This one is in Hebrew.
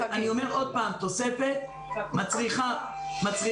אני אומר עוד פעם, תוספת מצריכה חקיקה.